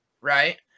right